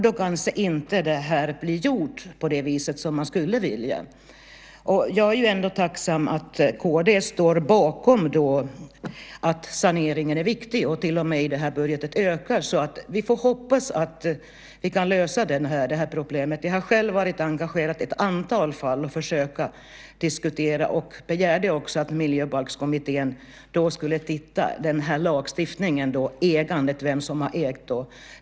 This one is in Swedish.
Då kanske inte det här blir gjort på det sätt som man skulle vilja. Jag är ändå tacksam att kd står bakom att saneringen är viktig och i den här budgeten till och med ökar. Vi får hoppas att vi kan lösa det här problemet. Jag har själv varit engagerad i ett antal fall och försökt diskutera. Jag begärde också att Miljöbalkskommittén skulle titta på den här lagstiftningen, ägandet, vem som har ägt.